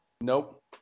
nope